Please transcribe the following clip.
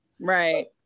Right